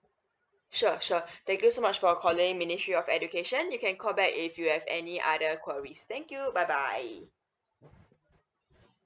sure sure thank you so much for calling ministry of education you can call back if you have any other queries thank you bye bye